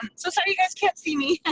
so sorry you guys can't see me.